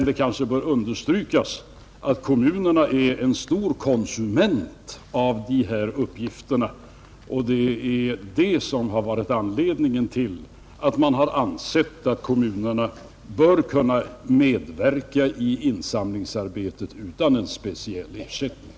Det kanske bör understrykas att kommunerna är stora konsumenter av dessa uppgifter, och det är detta som varit anledningen till att man har ansett att kommunerna bör kunna medverka i insamlingsarbetet utan en speciell ersättning.